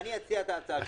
אני אציע את ההצעה שלי.